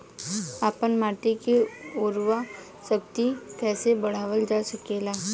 आपन माटी क उर्वरा शक्ति कइसे बढ़ावल जा सकेला?